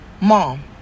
Mom